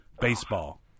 baseball